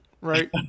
right